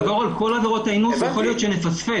נעבור על כל עבירות האינוס יכול להיות שנפספס,